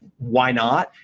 why not?